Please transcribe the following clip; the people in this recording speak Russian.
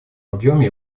объеме